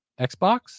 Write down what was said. Xbox